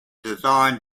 design